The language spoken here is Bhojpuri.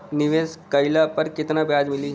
निवेश काइला पर कितना ब्याज मिली?